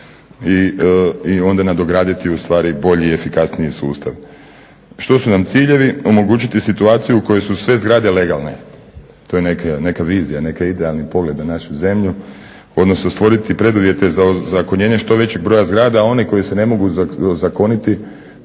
i onda nadograditi ustvari bolji i efikasniji sustav. Što su nam ciljevi? Omogućiti situaciju u kojoj su sve zgrade legalne. To je neka vizija, neki idealni pogled na našu zemlju, odnosno stvoriti preduvjete za ozakonjenje što većeg broja zgrada, a one koje se ne mogu ozakoniti